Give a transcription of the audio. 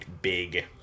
big